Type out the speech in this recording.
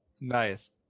Nice